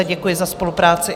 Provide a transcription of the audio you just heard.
Děkuji za spolupráci.